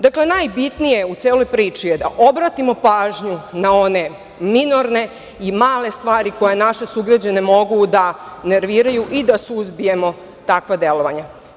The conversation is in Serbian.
Dakle, najbitnije u celoj priči je da obratimo pažnju na one minorne i male stvari koje naše sugrađane mogu da nerviraju i da suzbijemo takva delovanja.